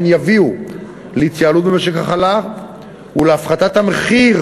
יביאו להתייעלות במשק החלב ולהפחתת המחיר.